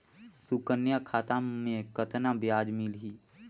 सुकन्या खाता मे कतना ब्याज मिलही?